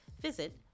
visit